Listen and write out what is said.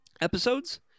episodes